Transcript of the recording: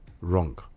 wrong